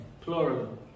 plural